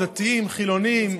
בין דתיים לחילונים.